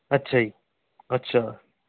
ਅੱਛਾ ਜੀ ਅੱਛਾ